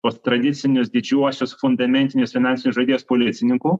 tuos tradicinius didžiuosius fundamentinius finansinius žaidėjus policininku